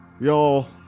Y'all